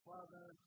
Father